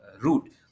route